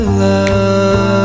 love